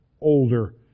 older